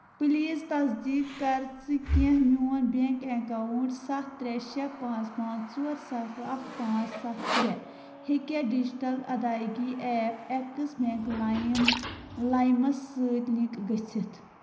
please تصدیق کَر زٕ کیٛاہ میون بینٛک اکاونٹ سَتھ ترٛےٚ شیٚے پانٛژھ پانٛژھ ژور سَتھ اکھ پانٛژھ سَتھ شیٚے ہیٚکیا ڈیجیٹل ادائیگی ایپ ایٚکسِس بیٚنٛک لایِم لایِمس سۭتۍ لنک گٔژھِتھ